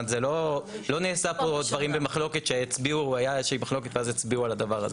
לא נעשה פה דברים שהיה איזושהי מחלוקת ואז הצביעו על הדבר הזה.